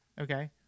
Okay